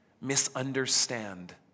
misunderstand